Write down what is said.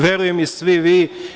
Verujem i svi vi.